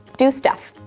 do stuff,